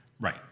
Right